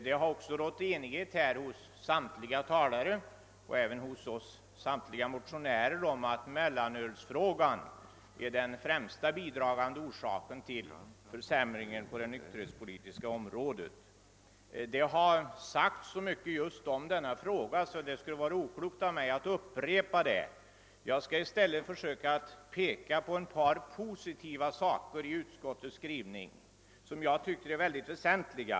Det har rått enighet hos samtliga talare — och det gör det också hos samtliga motionärer — om att mellanölet är den främst bidragande orsaken till försämringen på det nykterhetspolitiska området. Det har redan sagts så mycket i mellanölsfrågan, och det vore oklokt av mig att upprepa det. Jag skall i stället peka på ett par positiva punkter i utskottets skrivning, vilka jag tycker är mycket väsentliga.